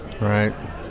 Right